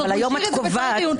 הוא השאיר את זה בצריך עיןם,